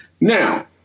Now